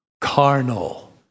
carnal